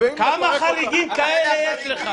ואם נפרק אותה --- כמה חריגים כאלה יש לך?